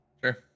Sure